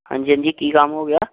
ਹਾਂਜੀ ਹਾਂਜੀ ਜੀ ਕੀ ਕੰਮ ਹੋ ਗਿਆ